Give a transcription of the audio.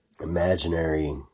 imaginary